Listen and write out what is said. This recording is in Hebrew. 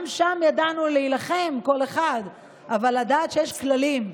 גם שם ידענו להילחם, כל אחד, אבל לדעת שיש כללים.